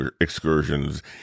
excursions